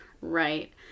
Right